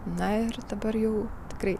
na ir dabar jau tikrai